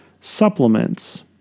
supplements